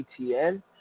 BTN